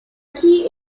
key